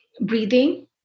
breathing